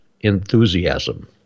enthusiasm